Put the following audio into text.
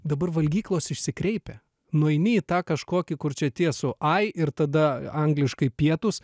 dabar valgyklos išsikreipia nueini į tą kažkokį kur čia tie su ai ir tada angliškai pietūs